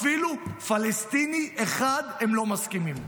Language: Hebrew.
אפילו פלסטיני אחד הם לא מסכימים.